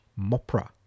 mopra